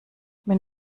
wenn